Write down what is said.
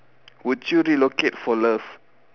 would you relocate for love